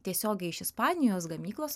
tiesiogiai iš ispanijos gamyklos